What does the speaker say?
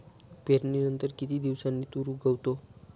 पेरणीनंतर किती दिवसांनी तूर उगवतो?